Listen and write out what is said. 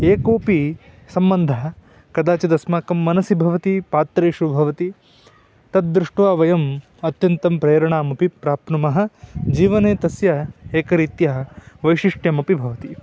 एकोपि सम्बन्धः कदाचिदस्माकं मनसि भवति पात्रेषु भवति तद् दृष्ट्वा वयम् अत्यन्तं प्रेरणामपि प्राप्नुमः जीवने तस्य एकरीत्या वैशिष्ट्यमपि भवति